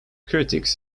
critics